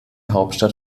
hauptstadt